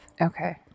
Okay